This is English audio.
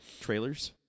trailers